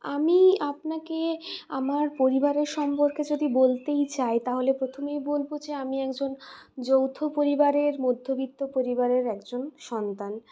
আমি আপনাকে আমার পরিবারের সম্পর্কে যদি বলতেই চাই তাহলে প্রথমেই বলব যে আমি একজন যৌথ পরিবারের মধ্যবিত্ত পরিবারের একজন সন্তান